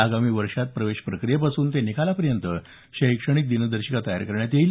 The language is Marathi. आगामी वर्षात प्रवेश प्रक्रियेपासून ते निकालापर्यंत शैक्षणिक दिनदर्शिका तयार करण्यात येईल